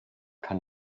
kann